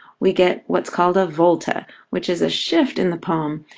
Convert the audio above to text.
we get what's called a volta, which is a shift in the poem,